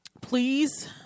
Please